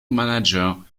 manager